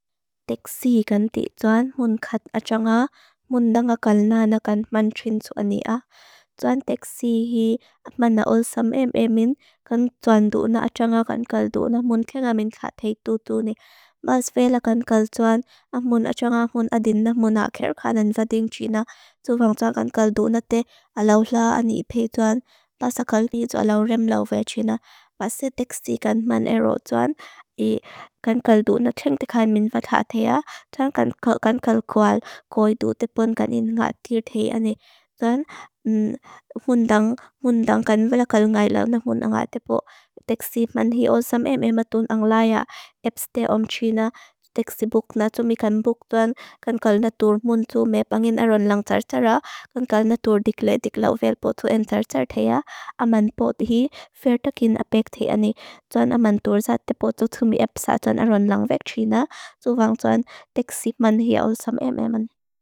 Teksi hi ganti tsoan. Mun khat achanga. Mun dangakal na na kan man trin tsoa ni a. Tsoan teksi hi apman na ol sam em emin. Kan tsoan duuna achanga kan kal duuna. Mun kenga min khat hei tutuuni. Bas vela kan kal tsoan. Amun achanga hun adina. Mun akher kanan vading tsuina. Suvang tsoa kan kal duuna te alawla ani pe tsoan. Bas akal ni tsoa alawrem lau ve tsuina. Bas si teksi kan man ero tsoan. I kan kal duuna trin te khan min khat hea. Tsoan kan kal kwal koi duute pon kan in ngatir thea ani. Tsoan mun dang kan vela kal ngay lau na mun angate po. Teksi man hi ol sam em ema tun ang laya. Epste om tsuina teksi buk na tsu mi kan buk tsoan. Kan kal natur mun tsu me pangin aron lang tsar tsara. Kan kal natur dik le dik lau vel po tsu en tsar tsar thea. Aman pod hi fer takin apek thea ani. Tsoan aman torsa te pod tsu tsu mi epsa tsoan aron lang ve tsuina. Suvang tsoan teksi man hi ol sam em ema.